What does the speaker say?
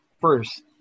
first